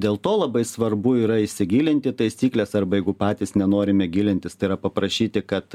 dėl to labai svarbu yra įsigilint į taisykles arba jeigu patys nenorime gilintis tai yra paprašyti kad